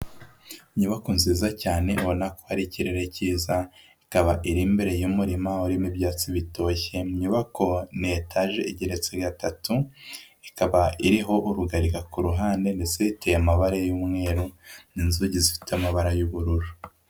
Inyubako nziza cyane ubona ari ikirere cyiza ikaba iri imbere y'umurima urimo ibyatsi bitoshye, inyubako ni etaje igeretse gatatu ikaba iriho urugarika ku ruhande ndetse y'amabara y'umweru n'inzugi zifite amabara y'ubururu.